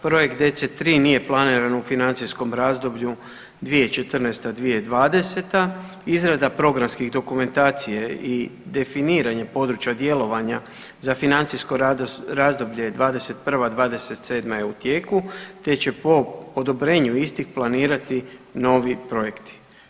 Projekt DC3 nije planiran u financijskom razdoblju 2014.-2020., izrada programske dokumentacije i definiranje područja djelovanja za financijsko razdoblje 2021.-2027. je u tijeku te će po odobrenju istih planirati novi projekti.